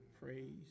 praise